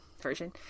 version